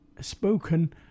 spoken